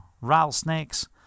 rattlesnakes